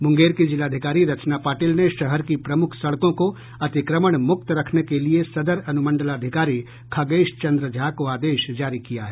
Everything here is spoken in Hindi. मुंगेर की जिलाधिकारी रचना पाटिल ने शहर की प्रमुख सड़कों को अतिक्रमण मुक्त रखने के लिए सदर अनुमंडलाधिकारी खगेश चन्द्र झा को आदेश जारी किया है